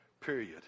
period